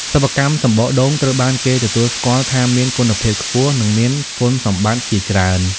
សិប្បកម្មសំបកដូង ត្រូវបានគេទទួលស្គាល់ថាមានគុណភាពខ្ពស់ និងមានគុណសម្បត្តិជាច្រើន។